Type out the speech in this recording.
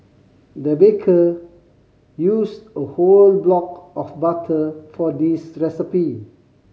the baker used a whole block of butter for this recipe